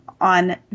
on